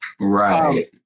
Right